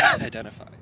identify